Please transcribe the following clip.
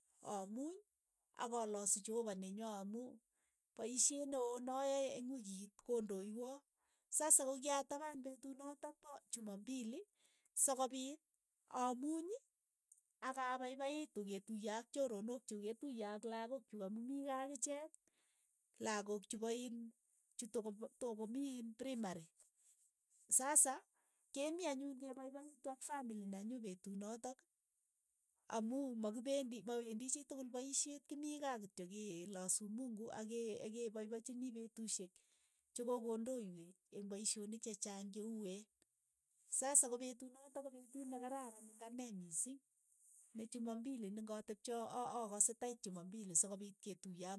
Amuny ak alasu cheopa nenyoo amu paisheet neoo nayae eng wikiit ko ndoiyo, sasa kyatapaan petut notok pa chumambili sokopiit amuuny akapaipaitu ketuye ak choronok chuuk ketuye ak lakook chuk amu mii kaa akichek lakok chupa iin chutokopa chutokomii iin primari, sasa kemii anyun kepaipaitu ak famili nenyuu petut notok amu makipendi mawendii chii tukul paisheet kimii kaa kityo ke- e lasuu mungu ak ke- kepaipachinii petushek cho ko kondoywech eng' poishonik che chaang che uween, sasa ko petut notok ko petut ne kararan eng' ane mising, ne chumambili ne ng'atepche a- aakase tait chumambili sokopiit ketuiye ang'ot ak choronook chuuk.